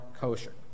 kosher